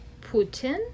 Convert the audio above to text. putin